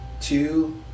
two